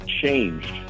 changed